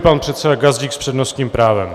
Pan předseda Gazdík s přednostním právem.